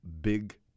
Big